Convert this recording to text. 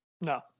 No